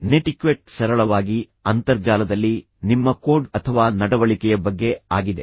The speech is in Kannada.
ನೆಟಿಕ್ವೆಟ್ ಸರಳವಾಗಿ ಅಂತರ್ಜಾಲದಲ್ಲಿ ನಿಮ್ಮ ಕೋಡ್ ಅಥವಾ ನಡವಳಿಕೆಯ ಬಗ್ಗೆ ಆಗಿದೆ